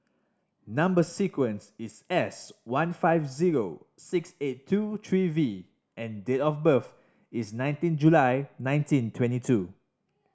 number sequence is S one five zero six eight two three V and date of birth is nineteen July nineteen twenty two